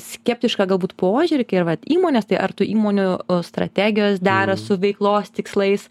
skeptišką galbūt požiūrį kai yra vat įmonės tai ar tų įmonių strategijos dera su veiklos tikslais